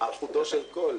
אני מודה שביקשתי זכות דיבור,